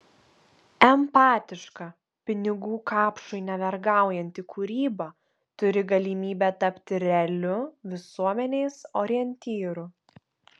empatiška pinigų kapšui nevergaujanti kūryba turi galimybę tapti realiu visuomenės orientyru